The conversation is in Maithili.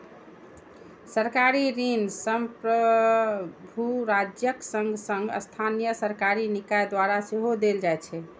सरकारी ऋण संप्रभु राज्यक संग संग स्थानीय सरकारी निकाय द्वारा सेहो देल जाइ छै